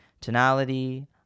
Tonality